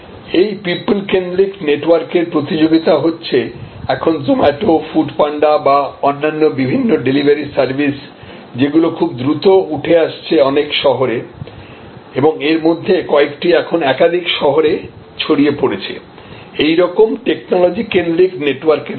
এই পিউপল কেন্দ্রিক নেটওয়ার্ক এর প্রতিযোগিতা হচ্ছে এখন জোমাটো ফুড পান্ডা বা অন্যান্য বিভিন্ন ডেলিভারি সার্ভিস যেগুলো খুব দ্রুত উঠে আসছে অনেক শহরে এবং এর মধ্যে কয়েকটি এখন একাধিক শহরে ছড়িয়ে পড়েছে এইরকম টেকনোলজি কেন্দ্রিক নেটওয়ার্ক এর সাথে